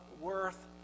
worth